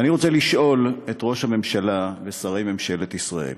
ואני רוצה לשאול את ראש הממשלה ושרי ממשלת ישראל: